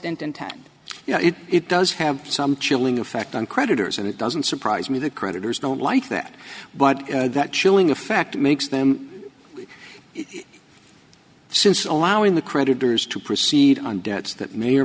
didn't intend you know it does have some chilling effect on creditors and it doesn't surprise me the creditors don't like that but that chilling effect makes them since allowing the creditors to proceed on debts that may or